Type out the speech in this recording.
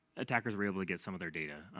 attackers were able to get some of their data.